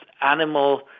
animal